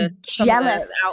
jealous